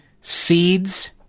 seeds